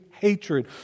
hatred